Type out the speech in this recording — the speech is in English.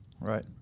Right